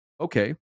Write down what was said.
okay